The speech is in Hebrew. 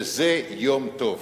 וזה יום טוב.